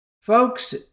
Folks